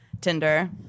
Tinder